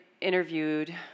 interviewed